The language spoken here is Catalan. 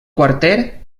quarter